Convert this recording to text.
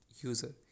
user